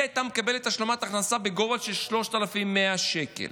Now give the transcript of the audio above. היא הייתה מקבלת השלמת הכנסה בגובה של 3,100 שקל